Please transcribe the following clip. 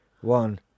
one